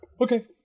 Okay